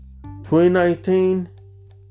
2019